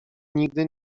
nigdy